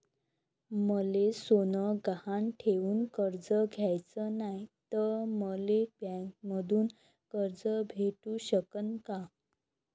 मले सोनं गहान ठेवून कर्ज घ्याचं नाय, त मले बँकेमधून कर्ज भेटू शकन का?